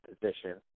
position